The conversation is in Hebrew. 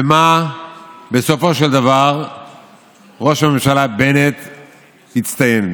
במה בסופו של דבר ראש הממשלה בנט הצטיין?